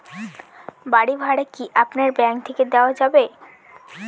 বাড়ী ভাড়া কি আপনার ব্যাঙ্ক থেকে দেওয়া যাবে?